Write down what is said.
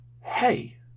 hey